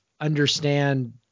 understand